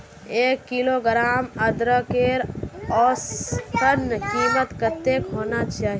एक किलोग्राम अदरकेर औसतन कीमत कतेक होना चही?